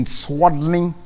swaddling